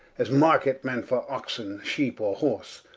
as market men for oxen, sheepe, or horse.